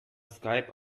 skype